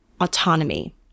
autonomy